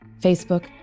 Facebook